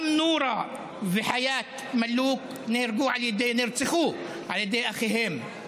גם נורה וחיאת מלוק נהרגו, נרצחו על ידי אחיהן.